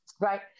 right